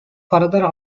further